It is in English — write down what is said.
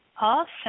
Awesome